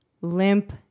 Limp